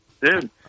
dude